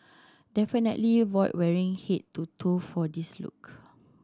definitely avoid wearing head to toe for this look